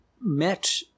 met